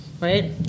right